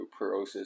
osteoporosis